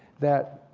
that